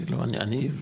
כי אני קצת,